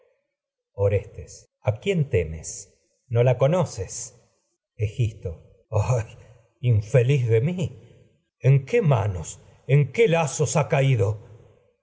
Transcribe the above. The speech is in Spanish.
orestes a quién temes no la conoces tragedias de sófocles egisto lazos he ay infeliz de mí en qué manos en qué caído